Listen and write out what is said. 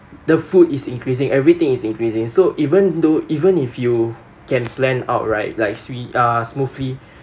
the food is increasing everything is increasing so even though even if you can plan outright like swi~ uh smoothly